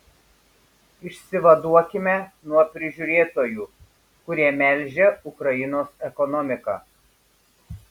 išsivaduokime nuo prižiūrėtojų kurie melžia ukrainos ekonomiką